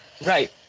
Right